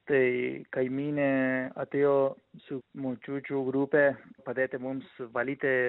tai kaimynė atėjo su močiučių grupė padėti mums valyti